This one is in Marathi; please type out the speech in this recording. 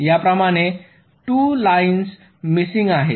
या प्रमाणे 2 लाइन्स मिसिंग आहेत